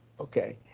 okay,